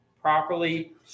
properly